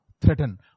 threaten